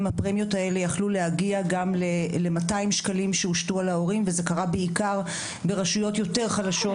הפרמיות יכלו להגיע גם ל-200 שקלים - זה קרה בעיקר ברשויות יותר חלשות,